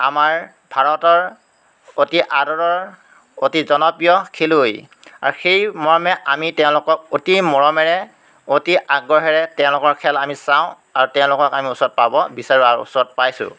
আমাৰ ভাৰতৰ অতি আদৰৰ অতি জনপ্ৰিয় খেলুৱৈ আৰু সেই মৰ্মে আমি তেওঁলোকক অতি মৰমেৰে অতি আগ্ৰহেৰে তেওঁলোকৰ খেল আমি চাওঁ আৰু তেওঁলোকক আমি ওচৰত পাব বিচাৰোঁ আৰু ওচৰত পাইছোঁ